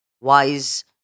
wise